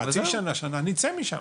התראה של חצי שנה, שנה ונצא משם,